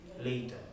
later